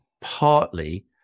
partly